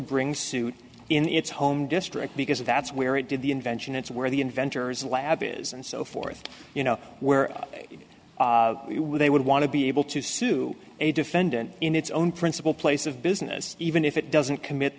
bring suit in its home district because that's where it did the invention it's where the inventors lab is and so forth you know where they would want to be able to sue a defendant in its own principal place of business even if it doesn't commit